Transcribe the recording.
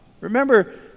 Remember